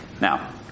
Now